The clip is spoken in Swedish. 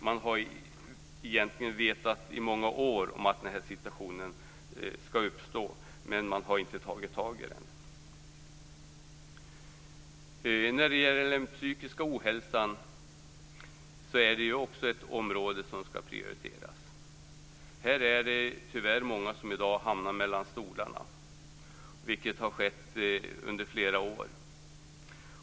Man har under många år vetat att denna situation skulle uppstå, men man har inte tagit tag i den. Den psykiska ohälsan är också ett område som skall prioriteras. Här är det tyvärr många som hamnar mellan stolarna, vilket har skett under flera år.